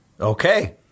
Okay